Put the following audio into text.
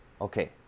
Okay